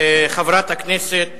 חברת הכנסת